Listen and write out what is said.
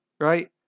Right